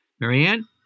Marianne